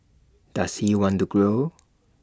does he want to grow